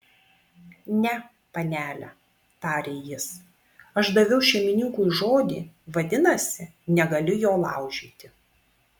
ne panele tarė jis aš daviau šeimininkui žodį vadinasi negaliu jo laužyti